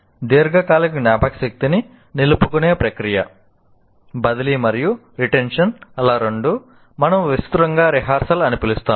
దీర్ఘకాలిక జ్ఞాపకశక్తిని నిలుపుకునే ప్రక్రియ బదిలీ మరియు రిటెన్షన్ ల రెండూ మనము విస్తృతంగా రిహార్సల్ అని పిలుస్తాము